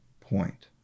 point